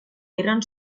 eren